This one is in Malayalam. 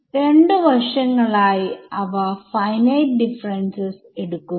രണ്ട് വശങ്ങളായി അവ ഫൈനൈറ്റ് ഡിഫറെൻസസ് എടുക്കുന്നു